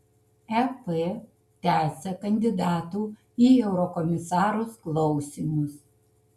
ep tęsia kandidatų į eurokomisarus klausymus